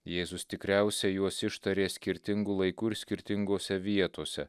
jėzus tikriausia juos ištarė skirtingu laiku ir skirtingose vietose